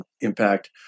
impact